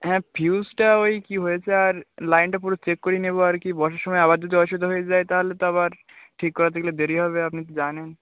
হ্যাঁ ফিউজটা ওই কি হয়েছে আর লাইনটা পুরো চেক করিয়ে নেবো আর কি বর্ষার সময় আবার যদি অসুবিধা হয়ে যায় তাহলে তো আবার ঠিক করাতে গেলে দেরি হবে আপনি তো জানেন